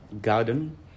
garden